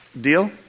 Deal